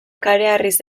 kareharriz